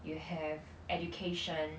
you have education